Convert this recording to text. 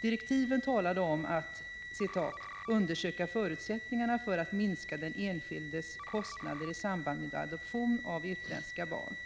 Direktiven talade om att ”undersöka förutsättningarna för att minska den enskildes kostnader i samband med adoption av utländska barn”.